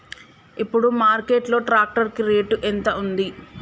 ఇప్పుడు మార్కెట్ లో ట్రాక్టర్ కి రేటు ఎంత ఉంది?